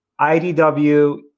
IDW